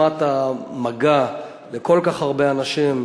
עוצמת המגע עם כל כך הרבה אנשים,